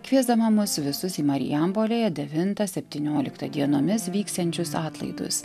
kviesdama mus visus į marijampolėje devintą septynioliktą dienomis vyksiančius atlaidus